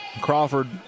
Crawford